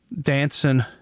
dancing